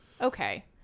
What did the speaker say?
okay